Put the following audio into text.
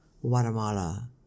Guatemala